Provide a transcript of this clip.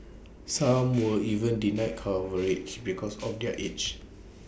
some were even denied coverage because of their age